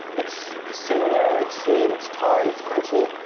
it's similar. it's sweet. it's tart. it's crunchy.